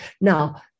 Now